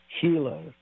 healer